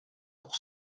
pour